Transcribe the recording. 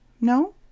No